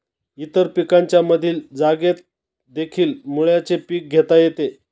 इतर पिकांच्या मधील जागेतदेखील मुळ्याचे पीक घेता येते